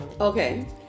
Okay